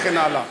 וכן הלאה.